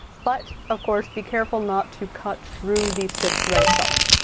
but, of course, be careful not to cut through the stitch thread itself.